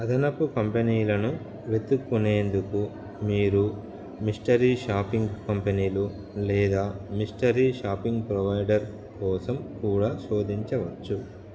అదనపు కంపెనీలను వెతుక్కునేందుకు మీరు మిస్టరీ షాపింగ్ కంపెనీలు లేదా మిస్టరీ షాపింగ్ ప్రొవైడర్ కోసం కూడా శోధించవచ్చు